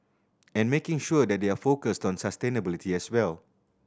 and making sure that they are focused on sustainability as well